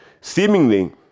seemingly